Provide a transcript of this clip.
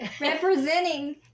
representing